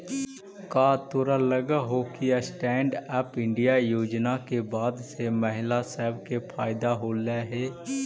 का तोरा लग हो कि स्टैन्ड अप इंडिया योजना के बाद से महिला सब के फयदा होलई हे?